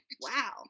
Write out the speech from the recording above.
Wow